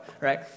right